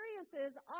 experiences